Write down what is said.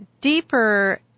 deeper